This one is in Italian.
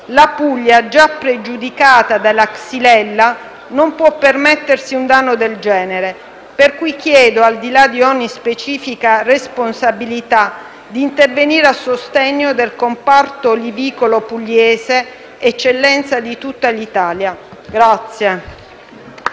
la Puglia, già pregiudicata dalla *xylella*, non può permettersi un danno del genere. Per cui chiedo, al di là di ogni specifica responsabilità, di intervenire a sostegno del comparto olivicolo pugliese, eccellenza di tutta l'Italia.